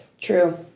True